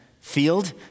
field